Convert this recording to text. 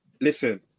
Listen